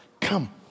Come